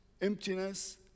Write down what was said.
emptiness